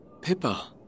Pippa